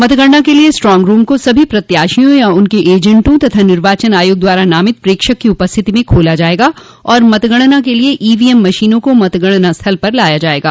मतगणना के लिये स्ट्रांग रूम को सभी प्रत्याशियों या उनके एजेंटों तथा निर्वाचन आयोग द्वारा नामित प्रेक्षक की उपस्थिति में खोला जायेगा और मतगणना के लिये ईवीएम मशीनों को मतगणना स्थल पर लाया जायेगा